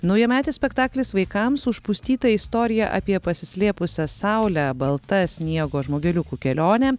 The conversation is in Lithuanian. naujametis spektaklis vaikams užpustyta istorija apie pasislėpusią saulę balta sniego žmogeliukų kelionė